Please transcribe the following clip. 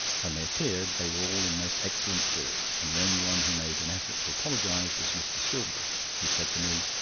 when they appeared they were all in most excellent spirits, and the only one who made an effort to apologise was mr. stillbrook, who said to me